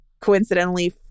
coincidentally